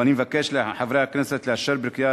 ואני מבקש מחברי הכנסת לאשר אותה בקריאה